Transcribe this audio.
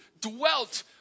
dwelt